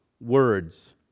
words